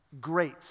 great